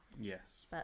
Yes